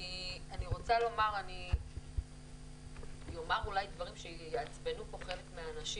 אני אומר אולי דברים שיעצבנו פה חלק מהאנשים,